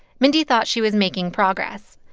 mindy thought she was making progress.